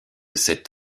sept